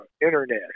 internet